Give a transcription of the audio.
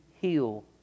heal